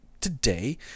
today